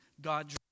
God